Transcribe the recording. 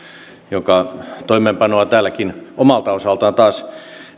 toimeenpanoa täälläkin omalta osaltaan taas